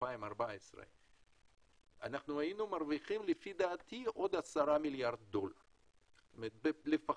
2014 היינו מרוויחים לדעתי עוד 10 מיליארד דולר לפחות.